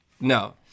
No